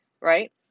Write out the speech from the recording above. right